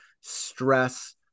stress